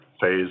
phase